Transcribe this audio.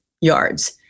yards